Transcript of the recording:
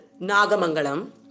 Nagamangalam